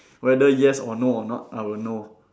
whether yes or no or not I will know